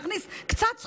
נכניס קצת סחורה,